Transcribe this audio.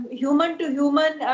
human-to-human